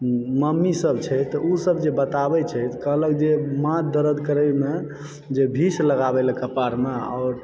mummy सब छथि ओसब जे बताबैत छथि कहलक जे माथ दर्द करयमे जे विक्स लगाबै लए कपाड़मे आओर